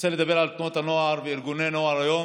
רוצה לדבר על תנועות הנוער וארגוני הנוער היום,